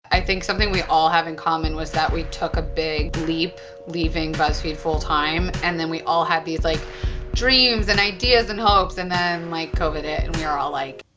i think something we all have in common was that we took a big leap leaving buzzfeed full-time and then we all had these like dreams and ideas and hopes and then like, covid hit and we were all like,